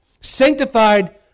Sanctified